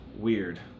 weird